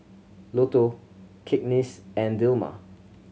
Lotto Cakenis and Dilmah